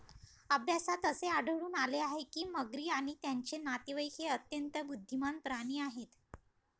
अभ्यासात असे आढळून आले आहे की मगरी आणि त्यांचे नातेवाईक हे अत्यंत बुद्धिमान प्राणी आहेत